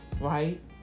right